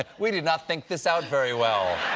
ah we did not think this out very well.